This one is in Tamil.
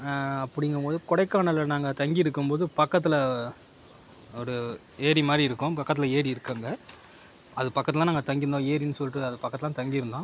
அப்படிங்கும் போது கொடைக்கானலில் நாங்கள் தங்கியிருக்கும் போது பக்கத்தில் ஒரு ஏரி மாதிரி இருக்கும் பக்கத்தில் ஏரி இருக்குது அங்கே அது பக்கத்தில் தான் நாங்கள் தங்கியிருந்தோம் ஏரின்னு சொல்லிட்டு அது பக்கத்தில் தான் தங்கியிருந்தோம்